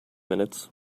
minutes